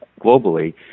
globally